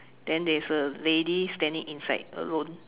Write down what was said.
then there's a lady standing inside alone